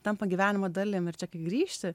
tampa gyvenimo dalim ir čia grįžti